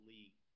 League